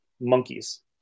monkeys